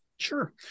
Sure